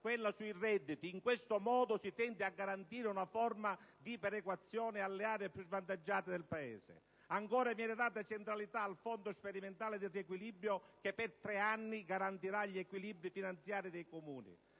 quella sui redditi. In questo modo si tende a garantire una forma di perequazione alle aree più svantaggiate del Paese. Ancora, viene data centralità al fondo sperimentale di riequilibrio, che per tre anni garantirà gli equilibri finanziari dei Comuni.